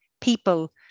people